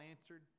answered